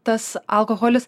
tas alkoholis